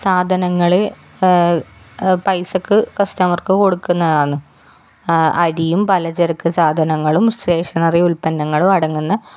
സാധനങ്ങൾ പൈസയ്ക്ക് കസ്റ്റമർക്ക് കൊടുക്കുന്നതാന്ന് അരിയും പലചരക്ക് സാധനങ്ങളും സ്റ്റേഷനറി ഉത്പന്നങ്ങളും അടങ്ങുന്ന